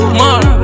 more